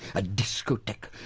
a discotheque,